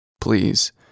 Please